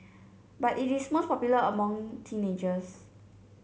but it is most popular among teenagers